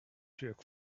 jerk